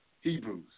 Hebrews